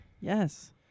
yes